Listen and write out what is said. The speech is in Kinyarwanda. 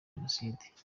jenoside